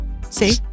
See